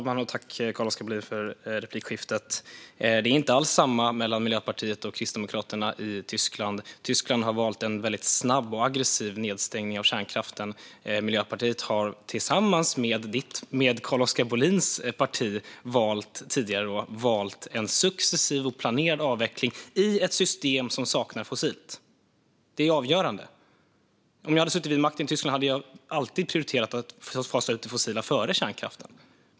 Fru talman! Tack, Carl-Oskar Bohlin, för replikskiftet! Det är inte alls samma sak mellan Miljöpartiet och Kristdemokraterna i Tyskland. Tyskland har valt en väldigt snabb och aggressiv nedstängning av kärnkraften. Miljöpartiet har tillsammans med Carl-Oskar Bohlins parti tidigare valt en successiv och planerad avveckling i ett system som saknar fossilt. Det är avgörande. Om jag hade suttit vid makten i Tyskland hade jag alltid prioriterat att fasa ut det fossila före kärnkraften.